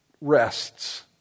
rests